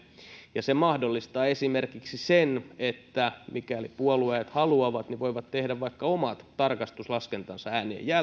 ja se mahdollistaa esimerkiksi sen että mikäli puolueet haluavat ne voivat tehdä vaikka omat tarkastuslaskentansa